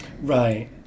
Right